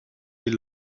les